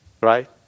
right